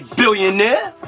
billionaire